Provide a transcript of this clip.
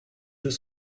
deux